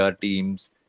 teams